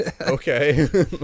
okay